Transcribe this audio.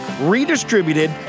redistributed